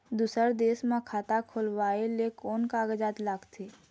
दूसर देश मा खाता खोलवाए ले कोन कागजात लागेल?